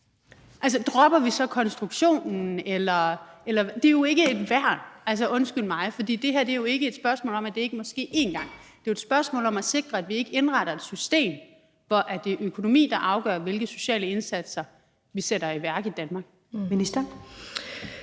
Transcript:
Altså, dropper vi så konstruktionen? Det er jo ikke et værn – altså, undskyld mig – for det her er jo ikke et spørgsmål om, at det ikke må ske én gang. Det er jo et spørgsmål om at sikre, at vi ikke indretter et system, hvor det er økonomi, der afgør, hvilke sociale indsatser vi sætter i værk i Danmark. Kl.